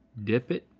dip it,